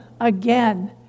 again